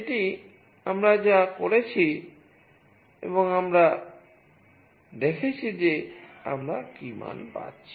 এটি আমরা যা করেছি এবং আমরা দেখেছি যে আমরা কী মান পাচ্ছি